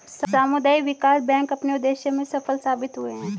सामुदायिक विकास बैंक अपने उद्देश्य में सफल साबित हुए हैं